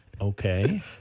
Okay